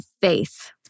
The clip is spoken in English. faith